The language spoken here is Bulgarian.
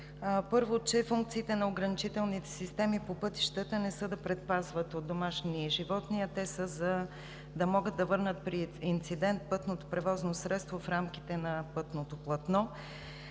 Първо, че функциите на ограничителните системи по пътищата не са, за да предпазват от домашни животни, а да могат да върнат при инцидент пътното превозно средство в рамките на пътното платно.